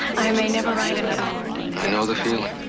i may never write another word. i know the feeling.